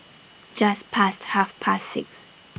Just Past Half Past six